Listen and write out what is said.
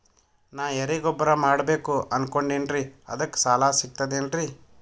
ನಾ ಎರಿಗೊಬ್ಬರ ಮಾಡಬೇಕು ಅನಕೊಂಡಿನ್ರಿ ಅದಕ ಸಾಲಾ ಸಿಗ್ತದೇನ್ರಿ?